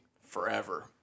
forever